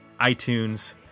iTunes